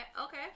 okay